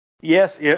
yes